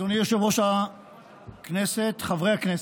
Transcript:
אדוני יושב-ראש הכנסת, חברי הכנסת,